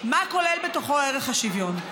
מה כולל בתוכו ערך השוויון.